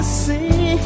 see